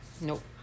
Nope